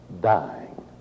dying